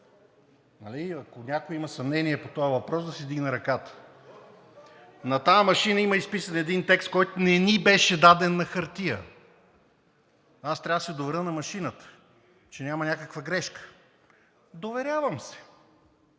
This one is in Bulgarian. ако някой има съмнение по този въпрос, да си вдигне ръката. На тази машина има изписан един текст, който не ни беше даден на хартия. Аз трябва да се доверя на машината, че няма някаква грешка. Доверявам се.